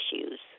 issues